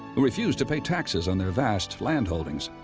who refused to pay taxes on their vast landholdings.